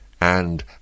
and